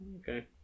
Okay